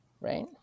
right